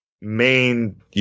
main